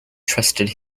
trusted